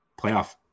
playoff